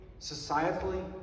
societally